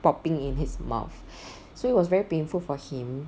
popping in his mouth so it was very painful for him